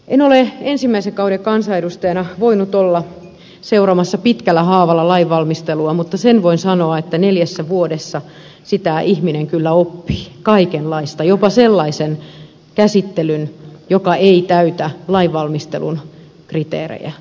en ole ensimmäisen kauden kansanedustajana voinut olla seuraamassa pitkällä haavalla lainvalmistelua mutta sen voin sanoa että neljässä vuodessa sitä ihminen kyllä oppii kaikenlaista jopa sellaisen käsittelyn joka ei täytä lainvalmistelun kriteerejä